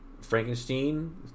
frankenstein